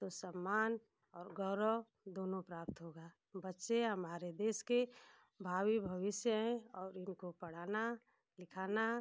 तो सम्मान और गौरव दोनों प्राप्त होगा बच्चे हमारे देश के भावी भविष्य हैं और इनको पढ़ाना लिखाना